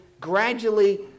gradually